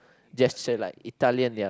gesture like Italian ya